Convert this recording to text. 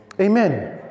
Amen